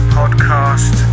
podcast